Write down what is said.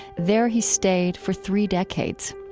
there, he stayed for three decades.